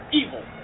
evil